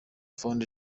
fund